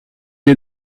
est